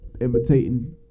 imitating